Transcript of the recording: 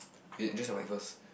wait adjust your mic first